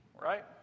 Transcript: Right